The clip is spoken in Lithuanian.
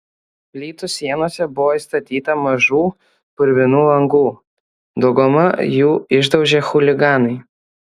plytų sienose buvo įstatyta mažų purvinų langų daugumą jų išdaužė chuliganai